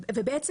לכן,